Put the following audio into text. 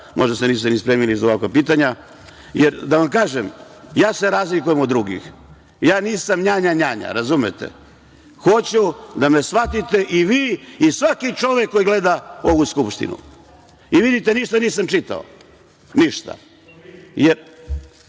Možda se niste ni spremili za ovakva pitanja. Da vam kažem, ja se razlikujem od drugih. Ja nisam „nja-nja nja-nja“. Razumete? Hoću da me shvatite i vi i svaki čovek koji gleda ovu Skupštinu. Vidite, ništa nisam čitao.(Narodni